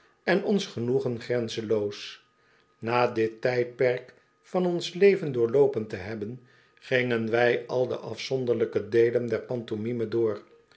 en ons genoegen grenzenloos na dit tijdperk van ons leven doorloopen te hebben gingen wij al de afzonderlijke deelen der pantomime door